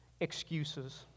excuses